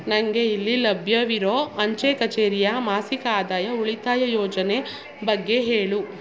ನನಗೆ ಇಲ್ಲಿ ಲಭ್ಯವಿರೋ ಅಂಚೆ ಕಚೇರಿಯ ಮಾಸಿಕ ಆದಾಯ ಉಳಿತಾಯ ಯೋಜನೆ ಬಗ್ಗೆ ಹೇಳು